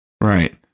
Right